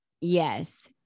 Yes